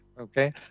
okay